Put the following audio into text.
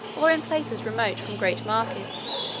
or in places remote from great markets